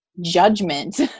judgment